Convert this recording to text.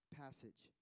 passage